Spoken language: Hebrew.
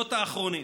השבועות האחרונים,